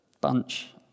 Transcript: bunch